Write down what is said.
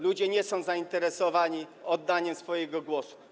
Ludzie nie są zainteresowani oddaniem swojego głosu.